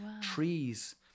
trees